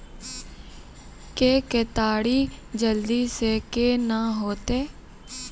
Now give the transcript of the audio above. के केताड़ी जल्दी से के ना होते?